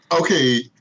okay